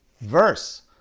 verse